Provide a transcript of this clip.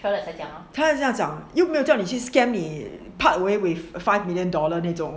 try 了再讲又没有叫你去 scam 你 park away with five million dollar 那种